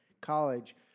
College